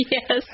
Yes